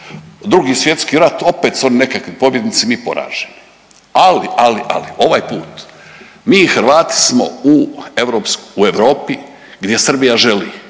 Drugi svjetski rat opet su oni nekakvi pobjednici, mi poraženi. Ali, ali, ali ovaj put mi Hrvati smo u Europi gdje Srbija želi.